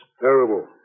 Terrible